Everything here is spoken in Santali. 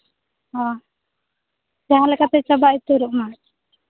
ᱡᱟᱦᱟᱸ ᱞᱮᱠᱟᱛᱮ ᱪᱟᱵᱟ ᱩᱛᱟᱹᱨᱚᱜ ᱢᱟ